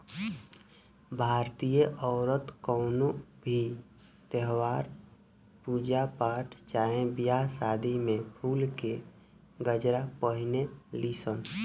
भारतीय औरत कवनो भी त्यौहार, पूजा पाठ चाहे बियाह शादी में फुल के गजरा पहिने ली सन